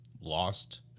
Lost